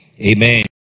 Amen